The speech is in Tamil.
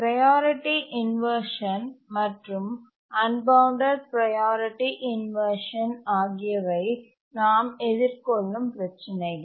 ப்ரையாரிட்டி இன்வர்ஷன் மற்றும் அன்பவுண்டட் ப்ரையாரிட்டி இன்வர்ஷன் ஆகியவை நாம் எதிர்கொள்ளும் பிரச்சினைகள்